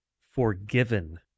forgiven